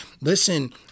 Listen